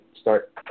start